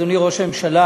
אדוני ראש הממשלה,